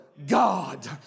God